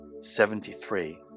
Seventy-three